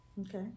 okay